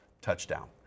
touchdown